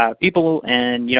ah people in,